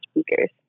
speakers